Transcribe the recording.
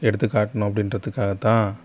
எடுத்துக்காட்டணும் அப்படின்றதுக்காகத் தான்